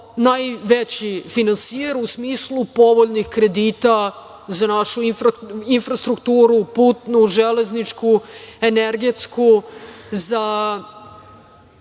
najveći finansijer, u smislu povoljnih kredita za našu infrastrukturu, putnu, železničku, energetsku, za